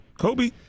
Kobe